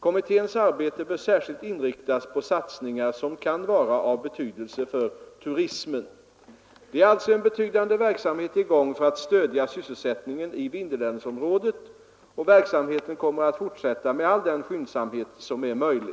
Kommitténs arbete bör särskilt inriktas på satsningar som kan vara av betydelse för turismen. Det är alltså en betydande verksamhet i gång för att stödja sysselsättningen i Vindelälvsområdet. Verksamheten kommer att fortsätta med all den skyndsamhet som är möjlig.